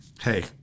hey